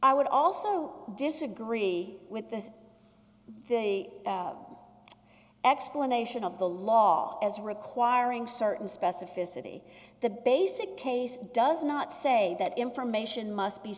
i would also disagree with this explanation of the law as requiring certain specificity the basic case does not say that information must be